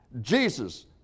Jesus